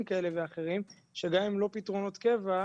כאלה ואחרים שגם אם הם לא פתרונות קבע,